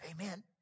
Amen